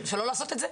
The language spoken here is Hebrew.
שלא לעשות את זה,